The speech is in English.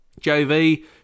JV